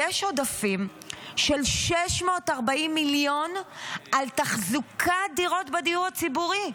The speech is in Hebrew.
יש עודפים של 640 מיליון על תחזוקת דירות בדיור הציבורי.